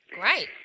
Great